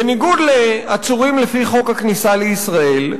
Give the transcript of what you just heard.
בניגוד לעצורים לפי חוק הכניסה לישראל,